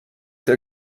der